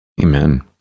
Amen